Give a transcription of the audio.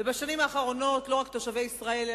ובשנים האחרונות לא רק תושבי ישראל,